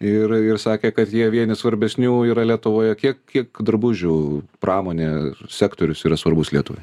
ir ir sakė kad jie vieni svarbesnių yra lietuvoje kiek kiek drabužių pramonė sektorius yra svarbus lietuvai